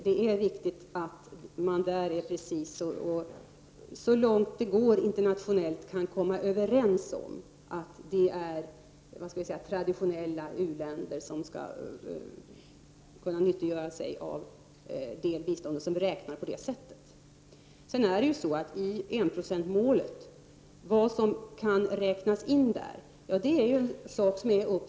Det är viktigt att man i fråga om 0,7-procentsmålet är mycket precis och att man så långt det går internationellt kan komma överens om att det gäller traditionella u-länder. Vad som kan räknas in under enprocentsmålet är något som riksdagen får fatta beslut om.